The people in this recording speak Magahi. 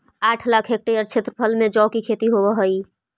आठ लाख हेक्टेयर क्षेत्रफल में जौ की खेती होव हई